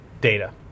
data